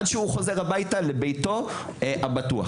עד שהוא חוזר הביתה לביתו הבטוח.